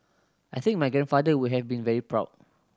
I think my grandfather would have been very proud